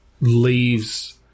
leaves